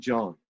John